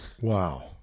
wow